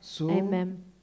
Amen